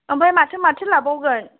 ओमफ्राय माथो माथो लाबावगोन